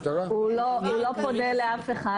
הוא לא פונה לאף אחד.